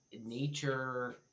nature